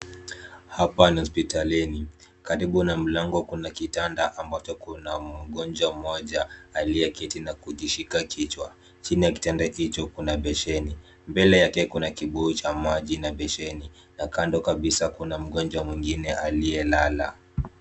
Hapa ni hospitalini karibu na mlango kuna kitanda ambacho kuna mgonjwa mmoja aliyeketi na kujishika kichwa. Chini ya kitanda hicho kuna besheni. Mbele yake kuna kibuyu cha maji na besheni. Mbele yake kuna mgonjwa mwingine aliyelala